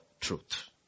truth